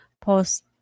post